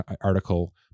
article